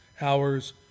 hours